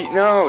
no